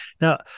Now